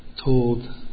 told